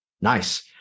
Nice